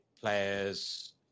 players